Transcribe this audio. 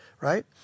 right